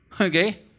Okay